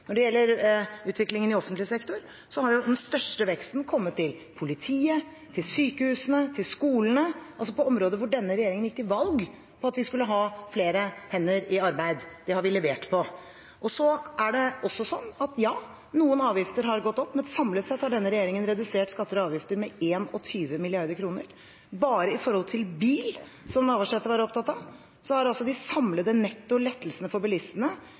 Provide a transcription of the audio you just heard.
Når det gjelder utviklingen i offentlig sektor, har den største veksten kommet i politiet, i sykehusene og i skolene, altså på områder hvor denne regjeringen gikk til valg på at vi skulle ha flere hender i arbeid. Det har vi levert på. Det er også sånn at noen avgifter har gått opp, men samlet sett har denne regjeringen redusert skatter og avgifter med 21 mrd. kr. Bare når det gjelder bil, som Navarsete var opptatt av, har de samlede netto lettelsene for bilistene